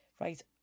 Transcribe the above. right